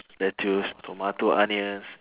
lettuce tomato onions